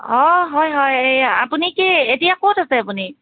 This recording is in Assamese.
অঁ হয় হয় এই আপুনি কি এতিয়া ক'ত আছে আপুনি